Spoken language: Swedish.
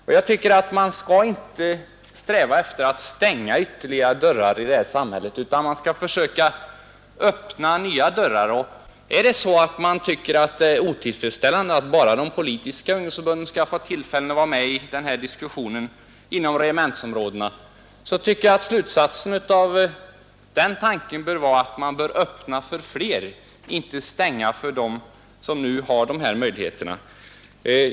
Därutöver anser jag att man inte skall sträva efter att stänga ytterligare dörrar i vårt samhälle, som herr Björck förordar utan försöka öppna nya dörrar. Tycker man att det är otillfredsställande att bara de politiska ungdomsförbunden skall ha tillfälle att vara med i diskussionen i detta sammanhang inom regementsområdena, borde slutsatsen av den tanken vara att dörrarna skall öppnas för fler, inte stängas för dem som nu har denna möjlighet.